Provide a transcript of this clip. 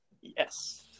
Yes